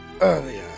Earlier